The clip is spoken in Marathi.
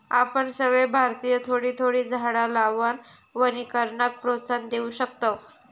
आपण सगळे भारतीय थोडी थोडी झाडा लावान वनीकरणाक प्रोत्साहन देव शकतव